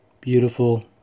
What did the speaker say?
beautiful